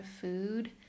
food